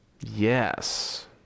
Yes